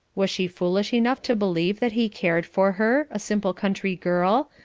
was she foolish enough to believe that he cared for her, a simple country girl,